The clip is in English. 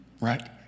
right